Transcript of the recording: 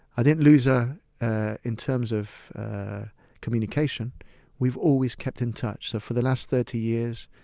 i didn't lose her in terms of communication we've always kept in touch. so for the last thirty years,